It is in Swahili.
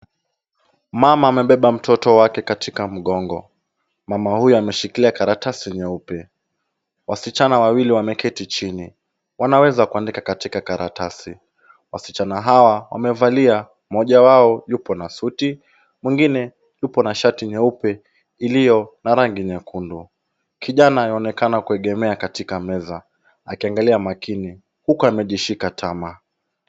Mama amebeba mtoto wake katika mgongo. Mama huyu anashikilia karatasi nyeupe. Wasichana wawili wameketi chini. Wanaweza kuandika katika karatasi. Wasichana hawa wamevalia mmoja wao yupo na suti, mwingine yupo na shati nyeupe iliyo na rangi nyekundu. Kijana anaonekana kuegemea katika meza akiangalia makini huku amejishika tama.